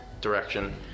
direction